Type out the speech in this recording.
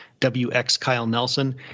WXKyleNelson